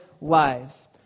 lives